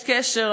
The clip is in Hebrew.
יש קשר.